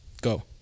Go